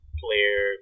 player